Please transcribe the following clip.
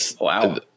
wow